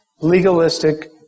legalistic